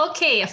Okay